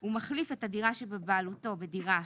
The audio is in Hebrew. הוא מחליף את הדירה שבבעלותו בדירה אחרת,